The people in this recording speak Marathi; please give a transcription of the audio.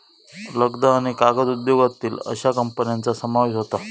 लगदा आणि कागद उद्योगातील अश्या कंपन्यांचा समावेश होता